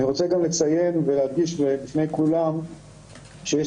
אני רוצה גם לציין ולהדגיש בפני כולם שיש